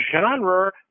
genre